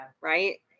Right